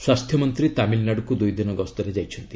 ସ୍ୱାସ୍ଥ୍ୟମନ୍ତ୍ରୀ ତାମିଲ୍ନାଡୁକୁ ଦୁଇଦିନ ଗସ୍ତରେ ଯାଇଛନ୍ତି